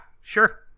sure